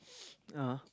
ah